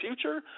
future